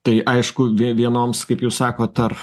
tai aišku vie vienoms kaip jūs sakot ar